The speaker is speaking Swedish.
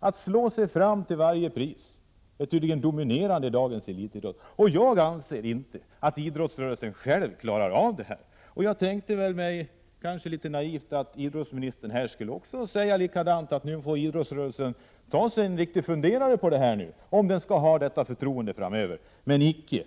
att slå sig fram till varje pris, tycker jag är dominerande i dagens idrott. Jag anser inte att idrottsrörelsen själv klarar av detta. Jag tänkte mig, kanske litet naivt, att idrottsministern här skulle säga något i stil med att nu får idrottsrörelsen ta sig en funderare på om den skall få ha detta förtroende framöver. Men icke!